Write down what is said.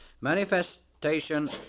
Manifestation